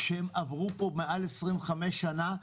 שהם עברו פה מעל 25 שנה.